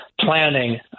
planning